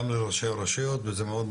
גם לראשי הרשויות וזה מאוד,